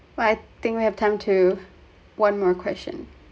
well I think we have time to one more question